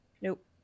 Nope